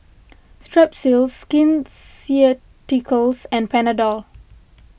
Strepsils Skin Ceuticals and Panadol